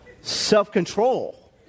Self-control